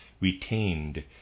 retained